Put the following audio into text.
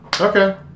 Okay